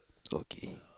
okay